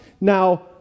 now